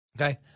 Okay